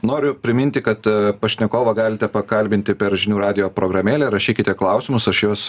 noriu priminti kad pašnekovą galite pakalbinti per žinių radijo programėlę rašykite klausimus aš juos